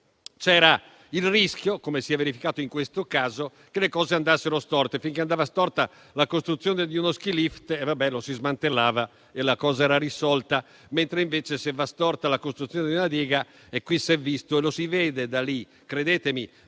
c'era il rischio, come si è verificato in questo caso, che le cose andassero storte. Finché andava storta la costruzione di uno skilift, lo si smantellava e la cosa era risolta; mentre è diverso se va storta la costruzione di una diga. Credetemi, bisogna andare a vedere